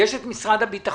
יש את משרד הביטחון,